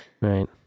right